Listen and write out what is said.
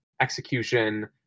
execution